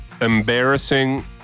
embarrassing